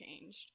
changed